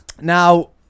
Now